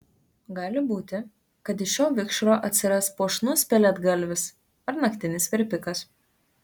gali būti kad iš šio vikšro atsiras puošnus pelėdgalvis ar naktinis verpikas